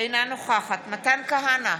אינה נוכחת מתן כהנא,